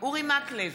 אורי מקלב,